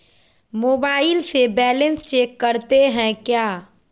Mobile से balance check करते हैं क्या?